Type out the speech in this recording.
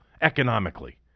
economically